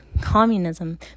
communism